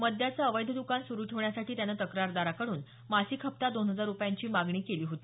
मद्याचं अवैध दुकान सुरू ठेवण्यासाठी त्यानं तक्रारदाराकडून मासिक हप्ता दोन हजार रुपयांची मागणी केली होती